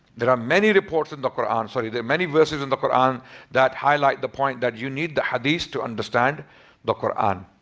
there are many reports in the koran. sorry there are many verses in the quran that highlight the point that you need the hadith to understand the quran.